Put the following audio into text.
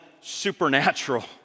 supernatural